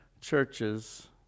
churches